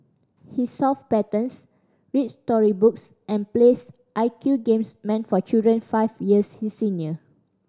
he solve patterns reads story books and plays I Q games meant for children five years his senior